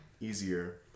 easier